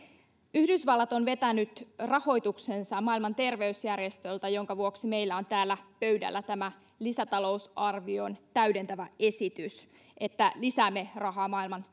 yhdysvallat on vetänyt rahoituksensa maailman terveysjärjestöltä minkä vuoksi meillä on täällä pöydällä tämä lisätalousarvion täydentävä esitys että lisäämme rahaa maailman